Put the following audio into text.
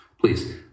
Please